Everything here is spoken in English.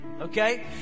Okay